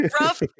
rough